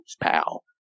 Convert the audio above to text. pal